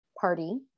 party